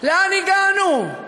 לאן הגענו?